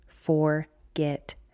forget